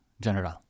General